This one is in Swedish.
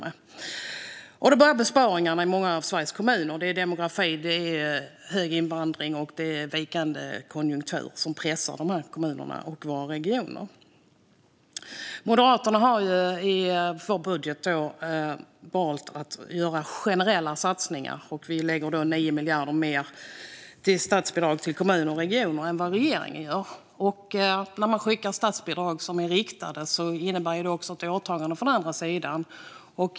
Det behöver göras besparingar i många av Sveriges kommuner. Det handlar om demografi, hög invandring och vikande konjunktur som pressar kommunerna och våra regioner. Vi moderater har valt att göra generella satsningar i vår budget. Vi lägger 9 miljarder mer till statsbidrag till kommuner och regioner än vad regeringen gör. När man skickar statsbidrag som är riktade innebär det ett åtagande från den andra sidan.